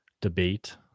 debate